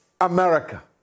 America